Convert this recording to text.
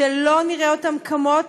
שלא נראה אותן קמות